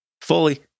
Fully